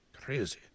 Crazy